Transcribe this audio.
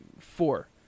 Four